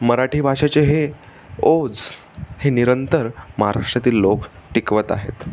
मराठी भाषेचे हे ओज हे निरंतर महाराष्ट्रातील लोक टिकवत आहेत